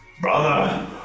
Brother